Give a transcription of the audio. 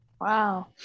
Wow